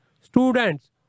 Students